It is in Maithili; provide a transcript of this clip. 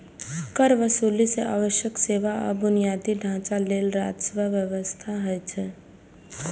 कर वसूली सं आवश्यक सेवा आ बुनियादी ढांचा लेल राजस्वक व्यवस्था होइ छै